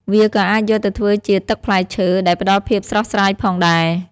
វាក៏អាចយកទៅធ្វើជាទឹកផ្លែឈើ ដែលផ្តល់ភាពស្រស់ស្រាយផងដែរ។